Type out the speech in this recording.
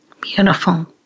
Beautiful